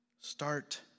start